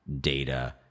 data